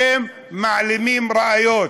אתם מעלימים ראיות.